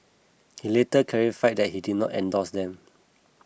he later clarified that he did not endorse them